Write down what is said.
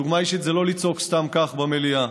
ודוגמה אישית זה לא לצעוק סתם כך במליאה.